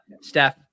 Steph